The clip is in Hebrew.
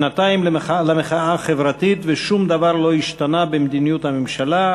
שנתיים למחאה החברתית ושום דבר לא השתנה במדיניות הממשלה,